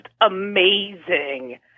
amazing